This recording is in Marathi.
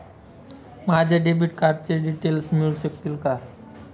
माझ्या डेबिट कार्डचे डिटेल्स मिळू शकतील का?